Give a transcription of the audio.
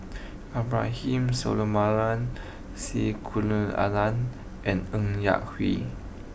Abraham C and Ng Yak Whee